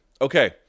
Okay